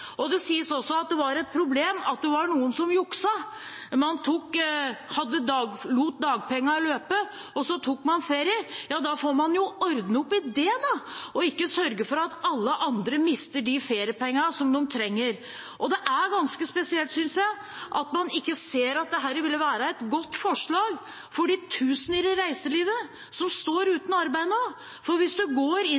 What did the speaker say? Det sies også at det var et problem at noen jukset, og at man lot dagpengene løpe og tok ferie. Da får man ordne opp i det og ikke sørge for at alle andre mister de feriepengene de trenger. Det er ganske spesielt at man ikke ser at dette ville være et godt forslag for de tusener av mennesker i reiselivet som står